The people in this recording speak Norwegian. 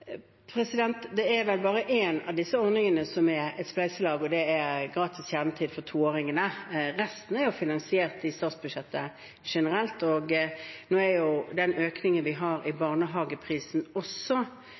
Det er vel bare én av disse ordningene som er et spleiselag, og det er gratis kjernetid for toåringene. Resten er finansiert i statsbudsjettet generelt. Nå er jo den økningen vi har i